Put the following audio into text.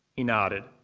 he nodded.